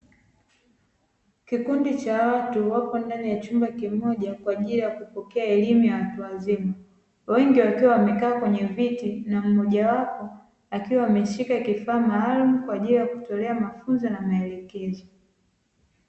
Kilkundi cha watu wapo ndani ya chumba kimoja kwaajili ya kupokea elimu ya watu wazima. Wengi wakiwa wamekaaa kwenye viti na mmojawapo akiwa ameshika kifaa maalum kwaajili ya kutolea mafunzo na maelekezo.